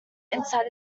inside